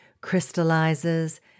crystallizes